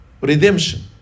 Redemption